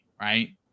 Right